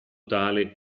tale